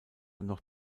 noch